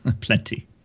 Plenty